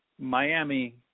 Miami